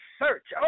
search